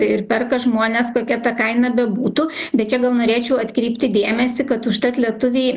ir perka žmonės kokia ta kaina bebūtų bet čia gal norėčiau atkreipti dėmesį kad užtat lietuviai